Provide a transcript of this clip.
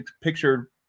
picture